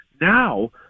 now